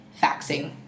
faxing